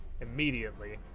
immediately